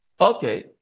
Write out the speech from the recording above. Okay